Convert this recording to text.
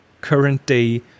current-day